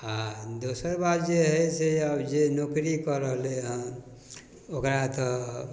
आओर दोसर बात जे हइ से आब जे नौकरी कऽ रहलैहँ ओकरा तऽ